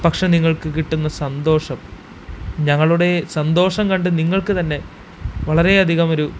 പക്ഷെ നിങ്ങള്ക്ക് കിട്ടുന്ന സന്തോഷം ഞങ്ങളുടെ സന്തോഷം കണ്ട് നിങ്ങള്ക്ക് തന്നെ വളരെയധികമൊരു